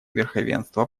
верховенства